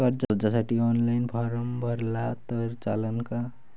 कर्जसाठी online form भरला तर चालन का?